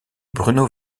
bruno